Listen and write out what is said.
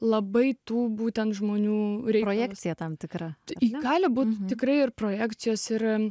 labai tų būtent žmonių projekcija tam tikrą jie gali būti tikrai ir projekcijos ir